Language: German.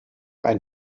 ein